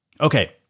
Okay